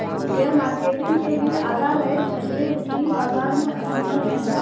share market के लिये आधार रहित खतरे वित्तीय बाजार में असम्भव हैं